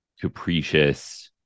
capricious